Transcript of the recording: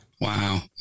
Wow